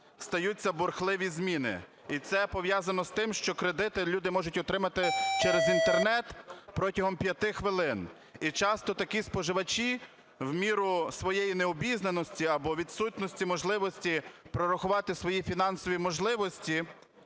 стаються бурхливі зміни, і це пов'язано з тим, що кредити люди можуть отримати через Інтернет протягом 5 хвилин. І часто такі споживачі в міру своєї необізнаності або відсутності можливості прорахувати свої фінансові можливості,